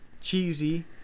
Cheesy